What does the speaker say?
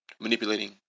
Manipulating